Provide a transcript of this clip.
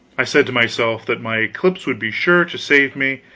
i said to myself that my eclipse would be sure to save me,